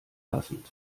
passend